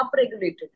upregulated